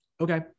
okay